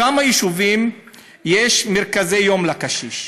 בכמה יישובים יש מרכזי יום לקשיש?